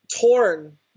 torn